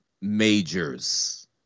Majors